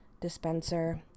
dispenser